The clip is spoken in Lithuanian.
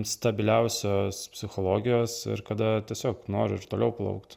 stabiliausios psichologijos ir kada tiesiog noriu ir toliau plaukt